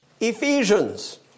Ephesians